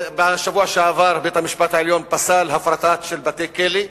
בשבוע שעבר בית-המשפט העליון פסל הפרטה של בתי-כלא.